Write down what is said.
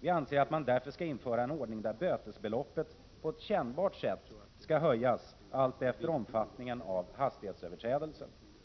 Vi anser att man i stället skall införa en ordning, där bötesbeloppet på ett kännbart sätt skall höjas alltefter omfattningen av hastighetsöverträdelsen.